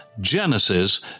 Genesis